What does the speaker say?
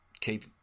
keep